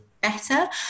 better